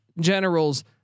Generals